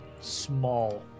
small